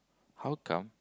how come